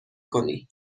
کنی